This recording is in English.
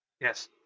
Yes